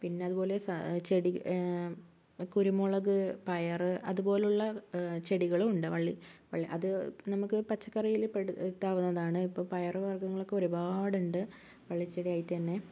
പിന്നെ അതുപോലെ ചെടി കുരുമുളക് പയർ അതുപോലുള്ള ചെടികളുണ്ട് വള്ളി അത് നമുക്ക് പച്ചക്കറിയിൽ പെടുത്താവുന്നതാണ് ഇപ്പം പയർ വര്ഗ്ഗങ്ങളൊക്കെ ഒരുപാട് ഉണ്ട് വള്ളിചെടിയായിട്ടു തന്നെ